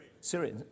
Syria